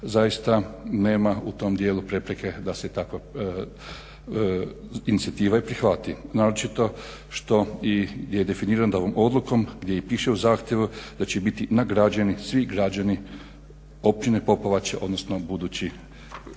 zaista nema u tom dijelu prepreke da se takva inicijativa i prihvati naročito što je definirano da i ovom odlukom gdje i piše u zahtjevu da će biti nagrađeni svi građani općine Popovača, odnosno budući građani